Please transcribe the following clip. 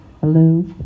Hello